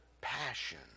passion